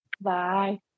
Bye